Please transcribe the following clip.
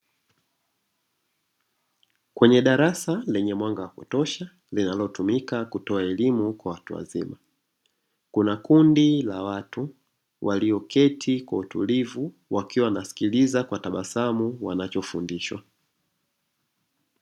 Kwenye darasa, lenye mwanga wa kutosha. Linalotumika kutoa elimu kwa watu wazima. Kuna kundi la watu, walioketi kwa utulivu, wakiwa wanasikiliza kwa tabasamu wanachofundishwa.